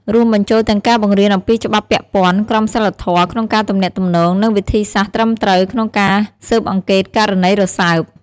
រួមបញ្ចូលទាំងការបង្រៀនអំពីច្បាប់ពាក់ព័ន្ធ ក្រមសីលធម៌ក្នុងការទំនាក់ទំនង និងវិធីសាស្រ្តត្រឹមត្រូវក្នុងការស៊ើបអង្កេតករណីរសើប។